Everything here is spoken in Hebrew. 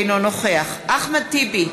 אינו נוכח אחמד טיבי,